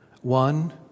One